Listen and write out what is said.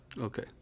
Okay